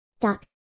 Doc